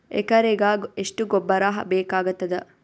ಎಕರೆಗ ಎಷ್ಟು ಗೊಬ್ಬರ ಬೇಕಾಗತಾದ?